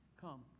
Come